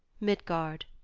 midgard.